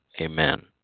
Amen